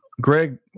greg